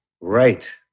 Right